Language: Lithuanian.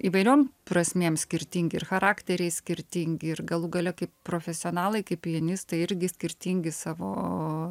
įvairiom prasmėm skirtingi ir charakteriai skirtingi ir galų gale kaip profesionalai kaip pianistai irgi skirtingi savo